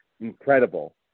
incredible